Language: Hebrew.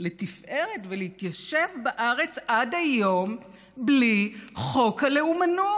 לתפארת ולהתיישב בארץ עד היום בלי חוק הלאומנות?